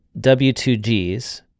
W2G's